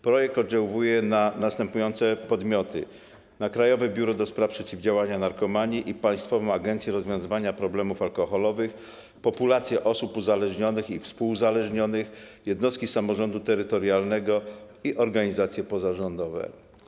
Projekt oddziałuje na następujące podmioty: na Krajowe Biuro do Spraw Przeciwdziałania Narkomanii i na Państwową Agencję Rozwiązywania Problemów Alkoholowych, na populację osób uzależnionych i współuzależnionych, na jednostki samorządu terytorialnego i na organizacje pozarządowe.